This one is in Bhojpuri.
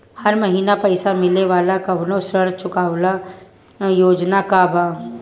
हर महीना पइसा मिले वाला कवनो ऋण योजना बा की?